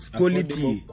quality